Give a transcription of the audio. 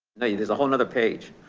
there's a whole nother page.